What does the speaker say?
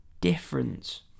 difference